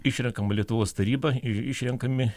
išrenkama lietuvos taryba ir išrenkami